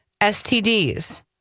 STDs